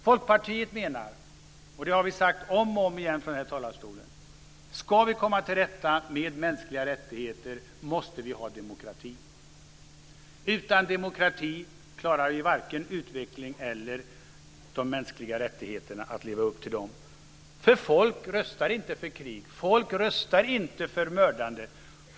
Folkpartiet menar att vi måste ha demokrati om vi ska komma till rätta med kränkningarna av mänskliga rättigheter. Det har vi sagt om och om igen från den här talarstolen. Utan demokrati klarar vi varken utveckling eller att leva upp till de mänskliga rättigheterna. Folk röstar inte för krig. Folk röstar inte för mördande.